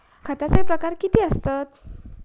खताचे कितके प्रकार असतत?